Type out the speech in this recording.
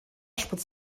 spritzt